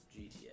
GTA